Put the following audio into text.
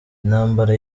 intambara